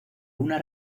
una